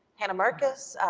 hannah marcus,